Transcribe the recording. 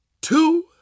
two